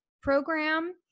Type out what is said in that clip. program